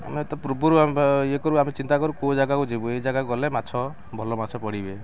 ଆମେ ତ ପୂର୍ବରୁ ଇଏ କରୁ ଆମେ ଚିନ୍ତା କରୁ କେଉଁ ଜାଗାକୁ ଯିବୁ ଏଇ ଜାଗା ଗଲେ ମାଛ ଭଲ ମାଛ ପଡ଼ିବେ